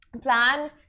plan